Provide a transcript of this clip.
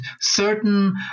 certain